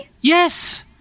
yes